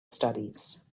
studies